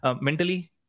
mentally